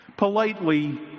Politely